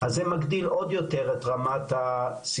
אז זה מגדיל עוד יותר את רמת הסיכון,